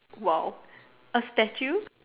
!wow! a statue